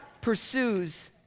pursues